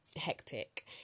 hectic